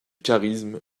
charisme